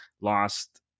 lost